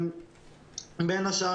בין השאר,